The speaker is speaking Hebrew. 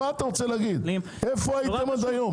איפה הייתם עד היום?